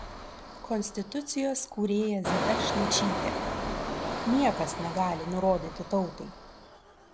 konstitucijos kūrėja zita šličytė niekas negali nurodyti tautai